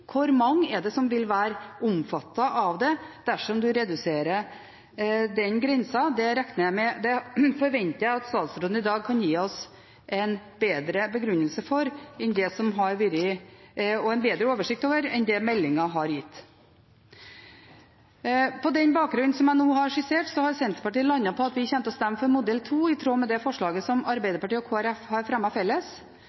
dersom en reduserer den grensa? Det forventer jeg at statsråden i dag kan gi oss en bedre begrunnelse for og en bedre oversikt over enn det meldingen har gitt. På den bakgrunnen som jeg nå har skissert, har Senterpartiet landet på at vi kommer til å stemme for modell 2 i tråd med det forslaget som